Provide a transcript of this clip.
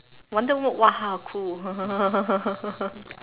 wonder what !wah! cool